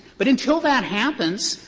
but until that happens,